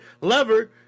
lever